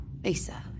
Lisa